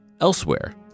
Elsewhere